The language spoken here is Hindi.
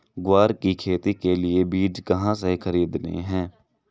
ग्वार की खेती के लिए बीज कहाँ से खरीदने हैं?